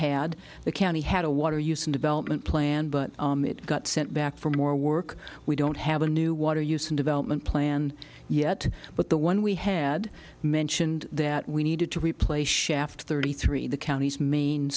had the county had a water use and development plan but it got sent back for more work we don't have a new water use in development plan yet but the one we had mentioned that we needed to replace shaft thirty three the counties main